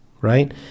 right